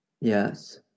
Yes